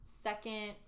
second